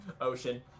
ocean